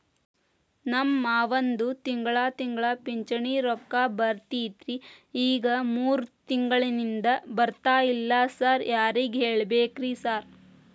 ನಮ್ ಮಾವಂದು ತಿಂಗಳಾ ತಿಂಗಳಾ ಪಿಂಚಿಣಿ ರೊಕ್ಕ ಬರ್ತಿತ್ರಿ ಈಗ ಮೂರ್ ತಿಂಗ್ಳನಿಂದ ಬರ್ತಾ ಇಲ್ಲ ಸಾರ್ ಯಾರಿಗ್ ಕೇಳ್ಬೇಕ್ರಿ ಸಾರ್?